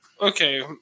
okay